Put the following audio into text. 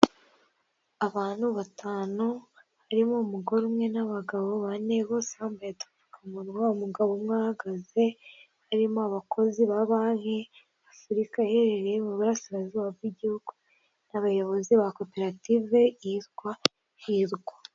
Abantu batanu harimo umugore umwe n'abagabo bane bose bambaye udupfukamunwa, umugabo umwe uhagaze irimo abakozi ba banki Afurika iherereye mu burasirazuba bw'igihugu. N'abayobozi ba koperative yitwa hirwa.